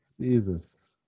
Jesus